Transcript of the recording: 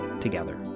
together